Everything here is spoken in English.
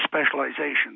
specialization